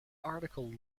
article